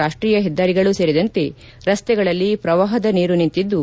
ರಾಷ್ಷೀಯ ಹೆದ್ದಾರಿಗಳೂ ಸೇರಿದಂತೆ ರಸ್ತೆಗಳಲ್ಲಿ ಪ್ರವಾಹದ ನೀರು ನಿಂತಿದ್ದು